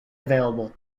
available